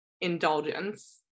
indulgence